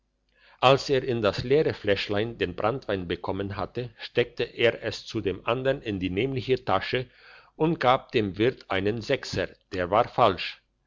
als er in das leere fläschlein den branntwein bekommen hatte steckte er es zu dem andern in die nämliche tasche und gab dem wirt einen sechser der war falsch